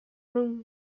room